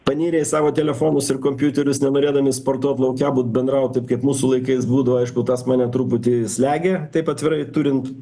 panirę į savo telefonus ir kompiuterius nenorėdami sportuot lauke būt bendraut taip kaip mūsų laikais būdavo aišku tas mane truputį slegia taip atvirai turint